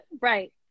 Right